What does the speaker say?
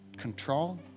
control